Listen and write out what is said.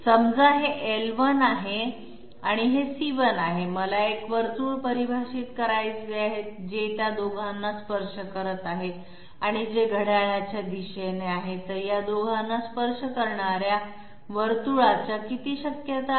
समजा हे l1 आहे आणि हे c1 आहे मला एक वर्तुळ परिभाषित करायचे आहे जे त्या दोघांना स्पर्श करत आहे आणि जे घड्याळाच्या दिशेने आहे तर या दोघांना स्पर्श करणाऱ्या वर्तुळाच्या किती शक्यता आहेत